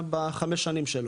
בחמש שנים שלו,